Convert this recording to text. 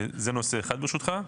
זה נושא אחד ברשותך.